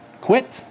quit